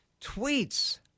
tweets